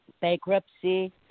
bankruptcy